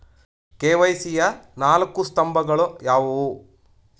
KYC ಯ ನಾಲ್ಕು ಸ್ತಂಭಗಳು ಯಾವುವು?